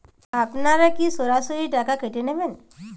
আপনারা কি সরাসরি টাকা কেটে নেবেন?